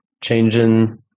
changing